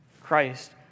Christ